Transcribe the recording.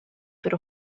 per